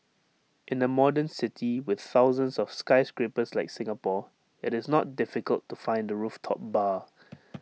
in A modern city with thousands of skyscrapers like Singapore IT is not difficult to find A rooftop bar